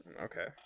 Okay